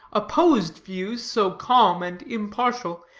opposed views so calm and impartial,